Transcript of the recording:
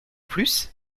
plus